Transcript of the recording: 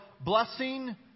blessing